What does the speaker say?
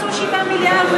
הביטחון רצו 7 מיליארד,